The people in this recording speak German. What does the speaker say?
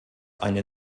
eine